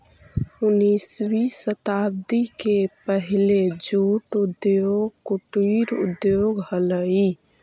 उन्नीसवीं शताब्दी के पहले जूट उद्योग कुटीर उद्योग हलइ